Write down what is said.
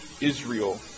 Israel